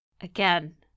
Again